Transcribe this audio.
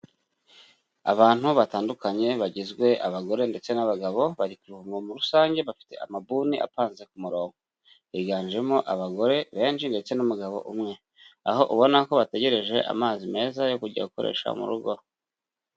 Abantu batandukanye bagizwe abagore ndetse n'abagabo, bari ku ivomo rusange bafite amabuni apanze ku murongo, higanjemo abagore benshi ndetse n'umugabo umwe, aho ubona ko bategereje amazi meza yo kujya gukoresha mu rugo.